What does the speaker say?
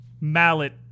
mallet